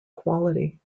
quality